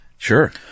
Sure